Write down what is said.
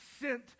sent